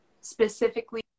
specifically